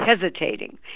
hesitating